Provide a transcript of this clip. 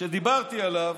כשדיברתי עליו,